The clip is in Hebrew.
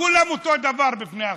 כולם אותו הדבר בפני החוק.